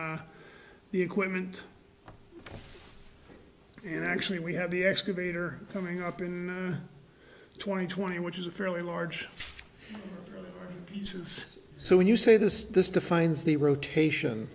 on the equipment and actually we have the excavator coming up in two thousand and twenty which is a fairly large pieces so when you say this this defines the rotation